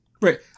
Right